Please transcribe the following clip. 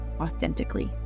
authentically